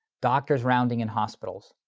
doctors rounding in hospitals.